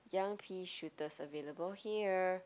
young pea shooters available here